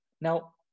Now